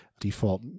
Default